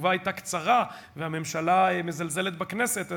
שהתשובה הייתה קצרה והממשלה מזלזלת בכנסת,